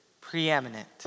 preeminent